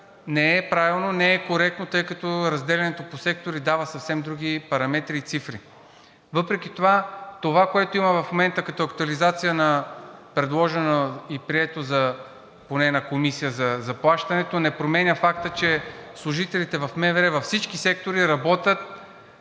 не е правилно, не е коректно, тъй като разделянето по сектори дава съвсем други параметри и цифри. Въпреки всичко, това, което има в момента като актуализация, предложено и прието, поне в Комисията, за заплащането, не променя факта, че служителите в МВР във всички сектори работят